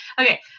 Okay